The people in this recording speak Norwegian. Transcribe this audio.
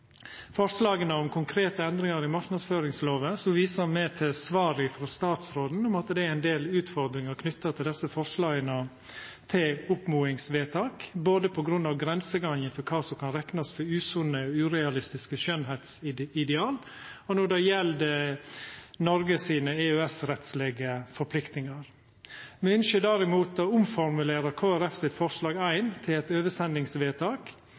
forslaga om konkrete endringar i marknadsføringslova, viser me til svaret frå statsråden om at det er ein del utfordringar knytte til desse forslaga til oppmodingsvedtak, både på grunn av grensegangen for kva som kan reknast for usunne, urealistiske skjønnheitsideal, og når det gjeld Noregs EØS-rettslege forpliktingar. Me ønskjer derimot å omformulera Kristeleg Folkeparti sitt forslag nr. 1 til eit